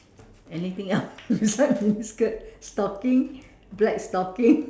anything else beside miniskirt stocking black stocking